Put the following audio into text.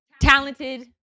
talented